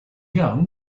young